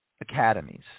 academies